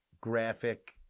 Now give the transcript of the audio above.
graphic